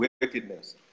wickedness